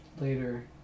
Later